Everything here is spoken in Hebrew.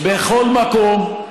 בכל מקום.